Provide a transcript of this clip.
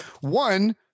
One